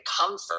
comfort